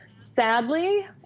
sadly